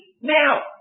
now